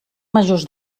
majors